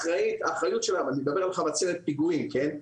אני מדבר על חבצלת פיגועים, כן?